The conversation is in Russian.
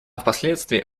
впоследствии